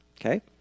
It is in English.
Okay